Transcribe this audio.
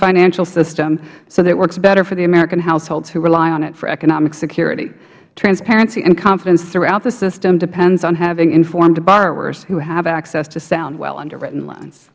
financial system so that it works better for the american households who rely on it for economic security transparency and confidence throughout the system depends on having informed borrowers who have access to sound well underwritten l